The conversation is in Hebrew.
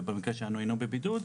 ובמקרה שלנו אינו בבידוד,